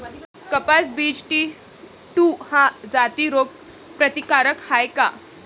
कपास BG two ह्या जाती रोग प्रतिकारक हाये का?